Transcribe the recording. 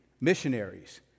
missionaries